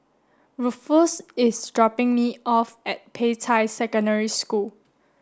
Rufus is dropping me off at Peicai Secondary School